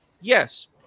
yes